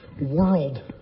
world